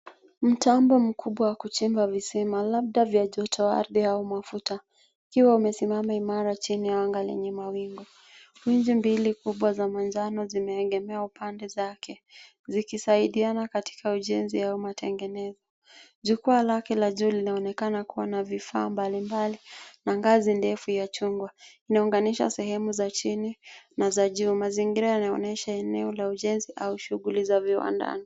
Mtambo mkubwa wa kuchimba visima labda vya utoajiardhi au mafuta, ikiwa imesimama imara chini ya anga lenye mawingu. Engine mbili kubwa za manjano zimeegemea upande zake zikisaidiana katika ujenzi au matengenezo. Jukwaa lake la juu linaonekana kuwa na vifaa mbalimbali na ngazi ndefu ya chungwa, inaunganisha sehemu za chini na za juu. Mazingira yake yanaonyesha eneo la ujenzi au shughuli za viwandani.